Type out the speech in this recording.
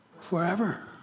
forever